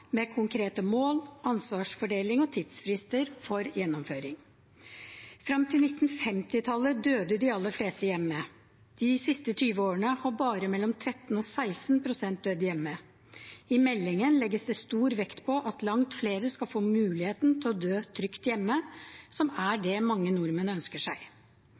med konkrete mål, ansvarsfordeling og tidsfrister for gjennomføring. Frem til 1950-tallet døde de aller fleste hjemme. De siste 20 årene har bare mellom 13 og 16 pst. dødd hjemme. I meldingen legges det stor vekt på at langt flere skal få muligheten til å dø trygt hjemme, som er det mange nordmenn ønsker seg.